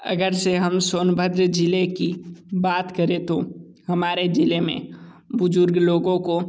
अगर से हम सोनभद्र जिले की बात करें तो हमारे जिले में बुजुर्ग लोगों को